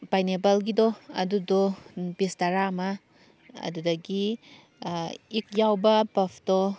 ꯄꯥꯏꯅꯦꯄꯜꯒꯤꯗꯣ ꯑꯗꯨꯗꯣ ꯄꯤꯁ ꯇꯔꯥ ꯑꯃ ꯑꯗꯨꯗꯒꯤ ꯏꯛ ꯌꯥꯎꯕ ꯄꯐꯇꯣ